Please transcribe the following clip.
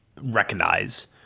recognize